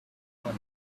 money